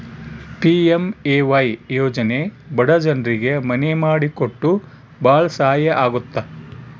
PMAY ಯೋಜನೆ ಬಡ ಜನ್ರಿಗೆ ಮನೆ ಮಾಡಿ ಕೊಟ್ಟು ಭಾಳ ಸಹಾಯ ಆಗುತ್ತ